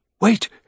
Wait